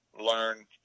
learn